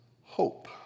hope